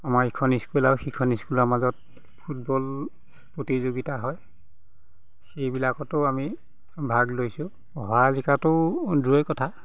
আমাৰ ইখন স্কুল আৰু সিখন স্কুলৰ মাজত ফুটবল প্ৰতিযোগিতা হয় সেইবিলাকতো আমি ভাগ লৈছো হৰা জিকাটো দূৰৈৰ কথা